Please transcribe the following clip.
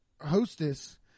hostess